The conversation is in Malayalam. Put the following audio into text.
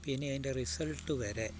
പിന്നെ അതിൻ്റെ റിസൾട്ട് വരെ